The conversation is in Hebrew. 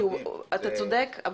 אתה צודק.